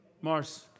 Mars